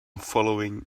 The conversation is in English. following